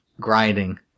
Grinding